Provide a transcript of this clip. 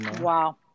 Wow